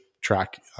track